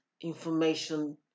information